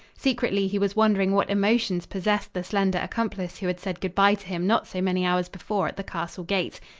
secretly he was wondering what emotions possessed the slender accomplice who had said good-bye to him not so many hours before at the castle gate.